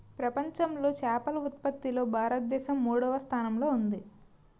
ప్రపంచంలో చేపల ఉత్పత్తిలో భారతదేశం మూడవ స్థానంలో ఉంది